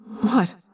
What